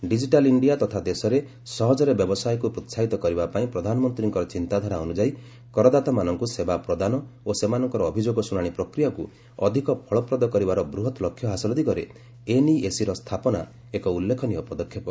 digital India ତଥା ଦେଶରେ ସହଜରେ ବ୍ୟବସାୟକୁ ପ୍ରୋହାହିତ କରିବାପାଇଁ ପ୍ରଧାନମନ୍ତ୍ରୀଙ୍କର ଚିନ୍ତାଧାରା ଅନୁଯାୟୀ କରଦାତାମାନଙ୍କୁ ସେବା ପ୍ରଦାନ ଓ ସେମାନଙ୍କର ଅଭିଯୋଗ ଶୁଣାଣି ପ୍ରକିୟାକୁ ଅଧିକ ଫଳପ୍ରଦ କରିବାର ବୃହତ୍ ଲକ୍ଷ୍ୟ ହାସଲ ଦିଗରେ ଏନ୍ଇଏସିର ସ୍ଥାପନା ଏକ ଉଲ୍ଲେଖନୀୟ ପଦକ୍ଷେପ